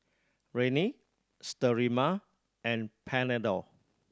Rene Sterimar and Panadol